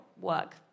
work